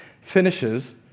finishes